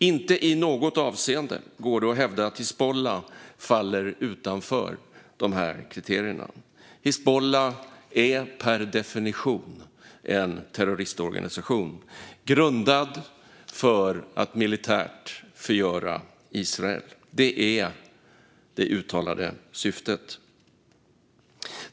Inte i något avseende går det att hävda att Hizbullah faller utanför de här kriterierna. Hizbullah är per definition en terroristorganisation grundad för att militärt förgöra Israel. Det är det uttalade syftet.